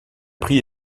prix